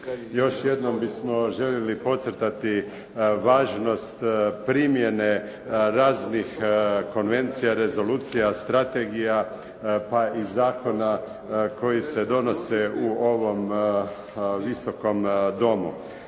Još jednom bismo željeli podcrtati važnost primjene raznih konvencija, rezolucija, strategija, pa i zakona koji se donose u ovom visokom domu.